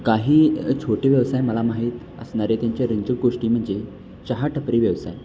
काही छोटे व्यवसाय मला माहीत असणारे त्यांच्या रिंचूक गोष्टी म्हणजे चहा टपरी व्यवसाय